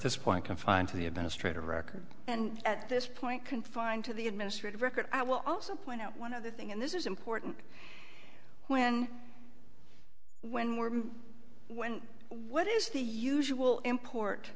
this point confined to the administrative record and at this point confined to the administrative record i will also point out one other thing and this is important when when we when what is the usual import